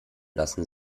lassen